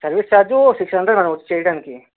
service charge six hundred madam వచ్చి చెయ్యడానికి